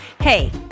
Hey